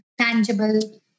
tangible